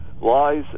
lies